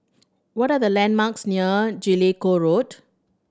what are the landmarks near Jellicoe Road